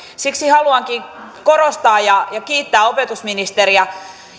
siksi haluankin korostaa ja kiittää opetusministeriä